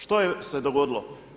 Što se dogodilo?